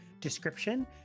description